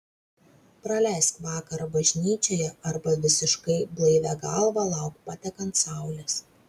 praleisk vakarą bažnyčioje arba visiškai blaivia galva lauk patekant saulės